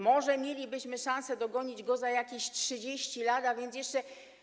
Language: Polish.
Może mielibyśmy szansę dogonić go za jakieś 30 lat, a więc jeszcze.